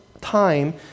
time